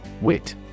Wit